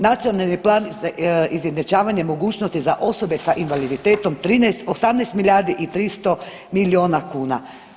Nacionalni plan izjednačavanja mogućnosti za osobe sa invaliditetom 13, 18 milijardi i 300 miliona kuna.